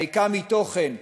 הריקה מתוכן,